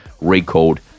recalled